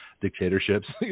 dictatorships